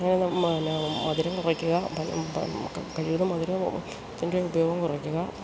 അങ്ങനെ മധുരം കുറയ്ക്കുക കഴിവതും മധുരംത്തിൻ്റെ ഉപയോഗം കുറയ്ക്കുക